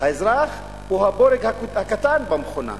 האזרח הוא הבורג הקטן במכונה.